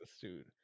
dude